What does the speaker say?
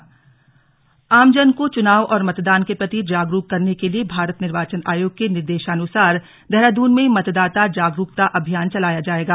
मतदाता जागरूकता अभियान आमजन को चुनाव और मतदान के प्रति जागरूक करने के लिए भारत निर्वाचन आयोग के निर्देशानुसार देहरादून में मतदाता जागरूकता अभियान चलाया जाएगा